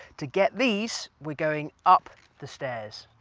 to get these we're going up the stairs.